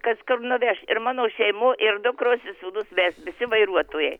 kas kur nuveš ir mano šeimo ir dukros sūnus mes visi vairuotojai